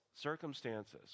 circumstances